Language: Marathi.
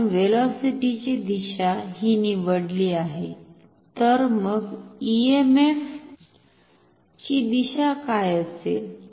आपण व्हेलॉसिटी ची दिशा ही निवडली आहे तर मग ईएमएफ ची दिशा काय असेल